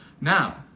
now